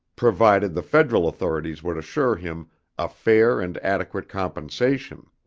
provided the federal authorities would assure him a fair and adequate compensation.